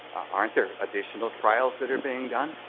aren't there additional trials that are being done?